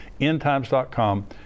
endtimes.com